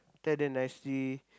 tell them nicely